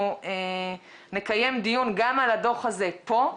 אנחנו נקיים דיון גם על הדוח הזה פה,